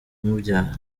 umubyara